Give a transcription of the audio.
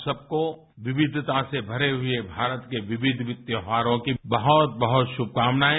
आप सबको विविधता से भरे हुए भारत के विविध विविध त्यौहारों की बहुत बहुत शुभकामनाएं